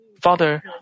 Father